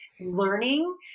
learning